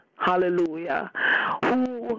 Hallelujah